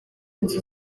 inzu